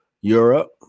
Europe